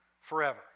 forever